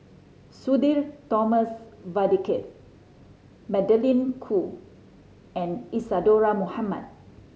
Sudhir Thomas Vadaketh Magdalene Khoo and Isadhora Mohamed